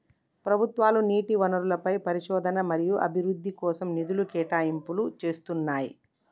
ప్రభుత్వాలు నీటి వనరులపై పరిశోధన మరియు అభివృద్ధి కోసం నిధుల కేటాయింపులు చేస్తున్నయ్యి